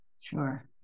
Sure